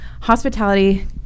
Hospitality